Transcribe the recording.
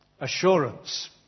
assurance